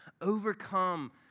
overcome